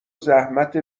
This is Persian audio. زحمت